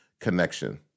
connection